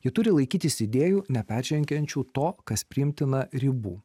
jie turi laikytis idėjų neperžengiančių to kas priimtina ribų